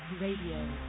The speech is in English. Radio